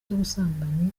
z’ubusambanyi